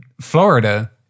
Florida